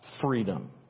freedom